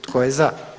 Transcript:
Tko je za?